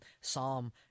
Psalm